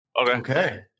Okay